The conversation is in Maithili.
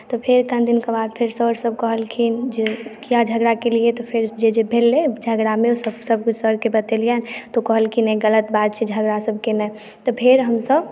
तऽ फेर कनी दिन के बाद फेर सर सब कहलखिन जे किया झगड़ा केलियै तऽ फेरसँ जे जे भेलै झगड़ामे सब किछु सर केँ बतेलियनि तऽ ओ कहलखिन गलत बात छै झगड़ा सब केनाइ तऽ फेर हमसब